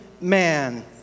man